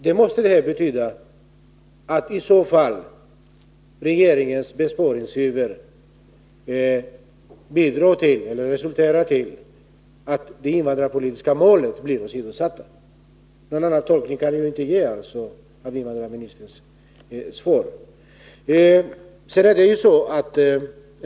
Det måste betyda att regeringens besparingsiver resulterar i att de invandrarpolitiska målen blir åsidosatta. Någon annan tolkning kan jag inte göra av invandrarministerns svar.